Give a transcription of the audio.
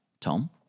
Tom